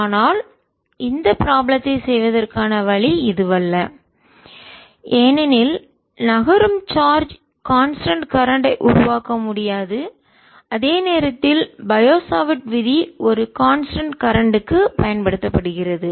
ஆனால் இந்த ப்ராப்ளத்தை செய்வதற்கான வழி இதுவல்ல ஏனெனில் நகரும் சார்ஜ் கான்ஸ்டன்ட் கரெண்ட் உருவாக்க முடியாது அதே நேரத்தில் பயோசாவர்ட் விதி ஒரு கான்ஸ்டன்ட் கரெண்ட் க்கு பயன்படுத்தப்படுகிறது